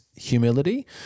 humility